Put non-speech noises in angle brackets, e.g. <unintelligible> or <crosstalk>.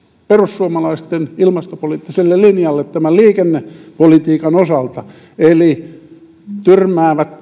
perussuomalaisten ilmastopoliittiselle linjalle liikennepolitiikan osalta eli tyrmäävät <unintelligible>